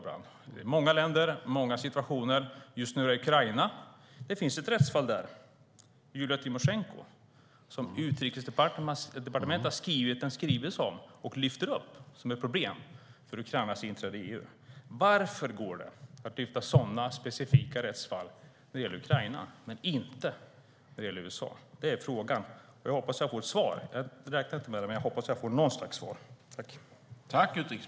Det är många länder och många situationer. Just nu handlar det om Ukraina. Där finns rättsfallet med Julija Tymosjenko som Utrikesdepartementet i en skrivelse har lyft upp som ett problem för Ukrainas inträde i EU. Varför går det att yttra sig i sådana specifika rättsfall när det gäller Ukraina men inte när det gäller USA? Jag hoppas att jag kan få något slags svar på denna fråga, även om jag inte räknar med det.